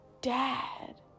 dad